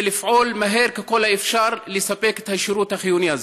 לפעול מהר ככל האפשר לספק את השירות החיוני הזה.